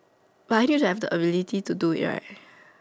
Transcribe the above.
but I think I have the ability to do it right